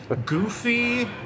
goofy